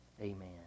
amen